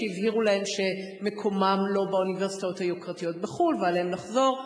שהבהירו להם שמקומם לא באוניברסיטאות היוקרתיות בחו"ל ועליהם לחזור.